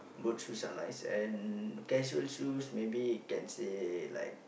boot shoes are nice and casual shoes maybe can say like